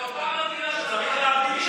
אתה צריך להבין,